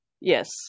Yes